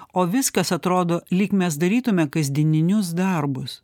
o viskas atrodo lyg mes darytume kasdieninius darbus